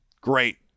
great